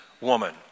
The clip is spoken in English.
woman